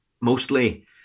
mostly